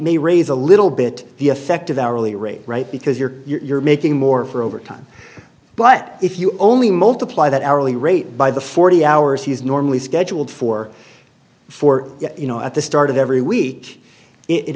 may raise a little bit the effect of hourly rate right because you're you're making more for overtime but if you only multiply that hourly rate by the forty hours he's normally scheduled for four you know at the start of every